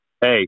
hey